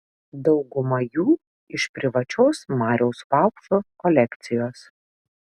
dauguma jų iš privačios mariaus vaupšo kolekcijos